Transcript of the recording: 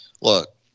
look